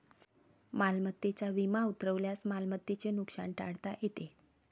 मालमत्तेचा विमा उतरवल्यास मालमत्तेचे नुकसान टाळता येते